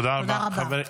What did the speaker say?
תודה רבה.